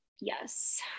Yes